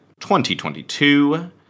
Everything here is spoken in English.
2022